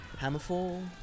Hammerfall